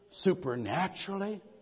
supernaturally